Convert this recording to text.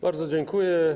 Bardzo dziękuję.